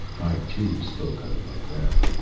i, too, spoke under my breath.